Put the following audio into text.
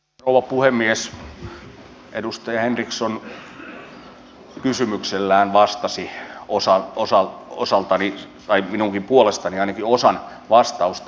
edustaja henriksson kysymyksellään vastasi usan osa osalta rikos vai minunkin puolestani ainakin osan vastausta